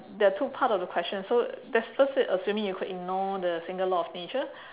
there are two part of the question so that's first said assuming you could ignore a single law of nature